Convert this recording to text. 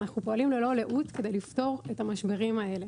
אנחנו פועלים ללא לאות כדי לפתור את המשברים האלה.